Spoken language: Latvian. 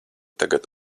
tagad